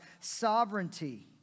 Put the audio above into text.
sovereignty